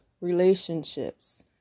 relationships